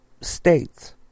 states